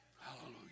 Hallelujah